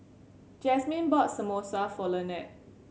Jazmyne bought Samosa for Lanette